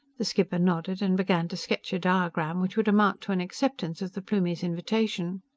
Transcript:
the skipper nodded and began to sketch a diagram which would amount to an acceptance of the plumie's invitation.